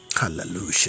Hallelujah